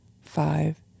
five